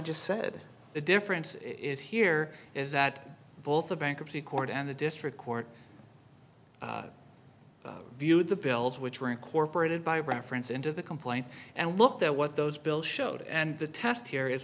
just said the difference is here is that both the bankruptcy court and the district court view the bills which were incorporated by reference into the complaint and looked at what those bill showed and the test here is